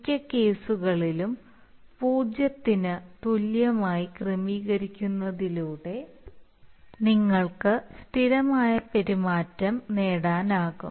മിക്ക കേസുകളിലും 0 ന് തുല്യമായി ക്രമീകരിക്കുന്നതിലൂടെ നിങ്ങൾക്ക് സ്ഥിരമായ പെരുമാറ്റം നേടാനാകും